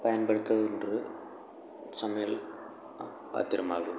பயன்படுத்துவதில் ஒன்று சமையல் பாத்திரமாகும்